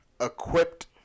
equipped